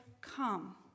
come